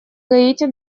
гаити